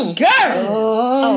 girl